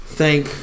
thank